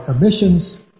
emissions